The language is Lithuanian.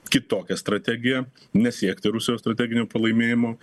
kitokią strategiją nesiekti rusijos strateginio pralaimėjimo